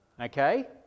Okay